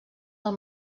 del